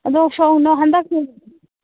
ꯑꯗꯣ ꯁꯣꯝꯅ ꯍꯟꯗꯛ